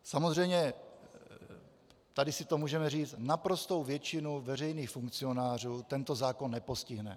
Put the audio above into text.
Samozřejmě, tady si to můžeme říct, naprostou většinu veřejných funkcionářů tento zákon nepostihne.